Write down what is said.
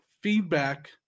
feedback